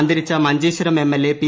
അന്തരിച്ച Manjeshwaram MLA P